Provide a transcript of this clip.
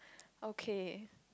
okay